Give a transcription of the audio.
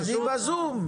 אז היא בזום.